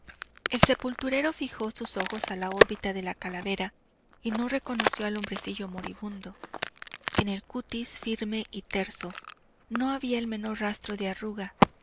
el sepulturero fijó sus ojos a la órbita de la calavera y no reconoció al hombrecillo moribundo en el cutis firme y terso no había el menor rastro de arruga